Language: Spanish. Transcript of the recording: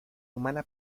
humana